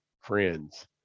friends